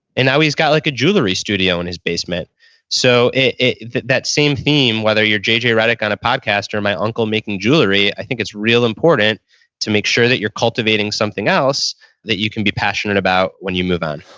and now he's got like a jewelry studio in his basement so, that that same theme, whether your jj redick on a podcast or my uncle making jewelry, i think it's real important to make sure that you're cultivating something else that you can be passionate about when you move on